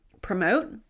promote